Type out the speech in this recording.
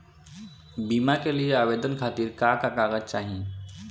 बीमा के लिए आवेदन खातिर का का कागज चाहि?